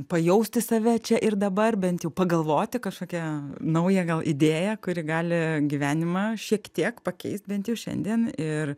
pajausti save čia ir dabar bent jau pagalvoti kažkokią naują gal idėją kuri gali gyvenimą šiek tiek pakeist bent jau šiandien ir